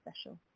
special